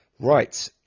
Right